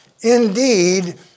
indeed